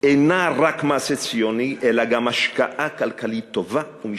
אינה רק מעשה ציוני אלא גם השקעה כלכלית טובה ומשתלמת.